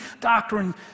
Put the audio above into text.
doctrine